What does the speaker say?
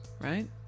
right